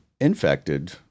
infected